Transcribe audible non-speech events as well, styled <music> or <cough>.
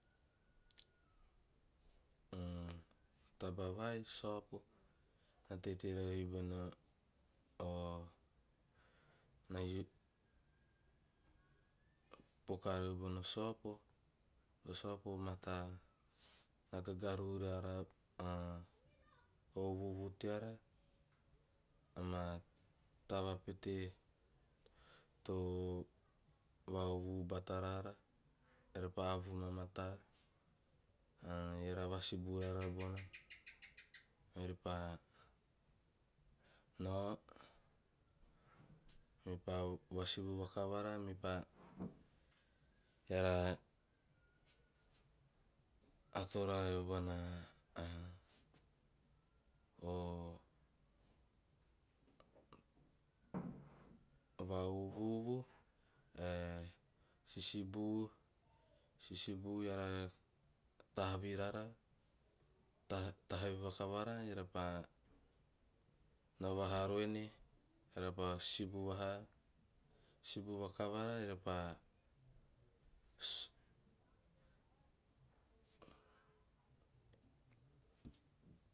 <hesitation> taba vai saopo, na teieto rori bono <hesitation> a use poka riori bona saopo, o saopo o mataa, na gagaruhu rara a <hesitation> a, va- uvuuvu teara, ama taba pete, too va- uvuuvu bata raara, eara repa avuhu vamataa a eara vasibu rara bona, orepa, nao mepa vasibu vakavara, mepa, eara to roara bona <hesitation> o, o va- uvuuvu ae sisibu, eara tahavi roara, tahavi vakavara eara repa nao vaaha ruene eara sibu vaaha, siibu vakavara repaa <hesitation>